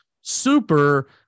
super